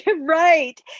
right